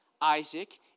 Isaac